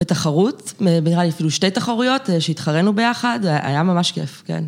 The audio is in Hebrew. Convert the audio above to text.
‫בתחרות, נראה לי אפילו שתי תחרויות ‫שהתחרנו ביחד, היה ממש כיף, כן.